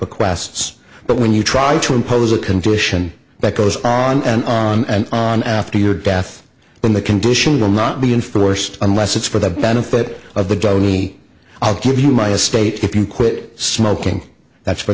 requests but when you try to impose a condition that goes on and on and on after your death then the condition will not be influenced unless it's for the benefit of the dani i'll give you my estate if you quit smoking that's for